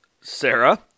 Sarah